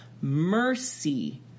mercy